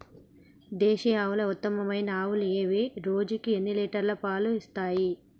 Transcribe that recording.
దేశీయ ఆవుల ఉత్తమమైన ఆవులు ఏవి? రోజుకు ఎన్ని లీటర్ల పాలు ఇస్తాయి?